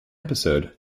episode